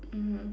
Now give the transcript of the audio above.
mmhmm